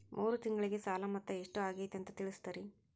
ಮೂರು ತಿಂಗಳಗೆ ಸಾಲ ಮೊತ್ತ ಎಷ್ಟು ಆಗೈತಿ ಅಂತ ತಿಳಸತಿರಿ?